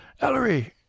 Ellery